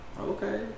Okay